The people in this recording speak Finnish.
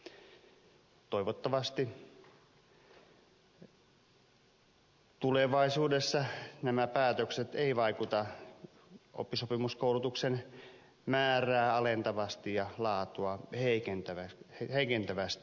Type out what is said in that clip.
toivottavasti tulevaisuudessa nämä päätökset eivät vaikuta oppisopimuskoulutuksen määrää alentavasti ja laatua heikentävästi